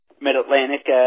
Mid-Atlantic